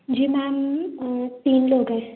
जी ma'am तीन लोग हैं